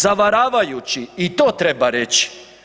Zavaravajući i to treba reći.